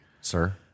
sir